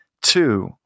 Two